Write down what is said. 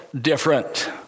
different